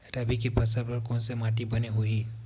रबी के फसल बर कोन से माटी बने होही?